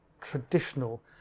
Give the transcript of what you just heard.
traditional